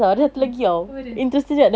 ah apa dia